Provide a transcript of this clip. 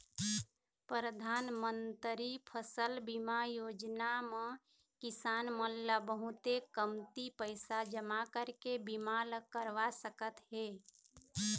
परधानमंतरी फसल बीमा योजना म किसान मन ल बहुते कमती पइसा जमा करके बीमा ल करवा सकत हे